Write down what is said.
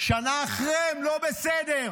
שנה אחרי הם לא בסדר.